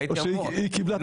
והיא קיבלה את השר?